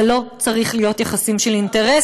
זה לא צריך להיות יחסים של אינטרסים,